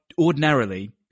ordinarily